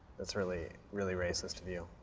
that's really really racist of you.